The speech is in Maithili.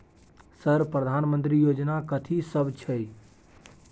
सर प्रधानमंत्री योजना कथि सब छै?